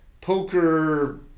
poker